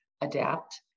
adapt